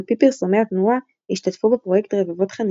על פי פרסומי התנועה השתתפו בפרויקט רבבות חניכות.